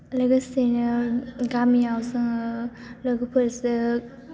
लोगोसेनो गामिआव जोङो लोगोफोरजों